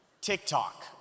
TikTok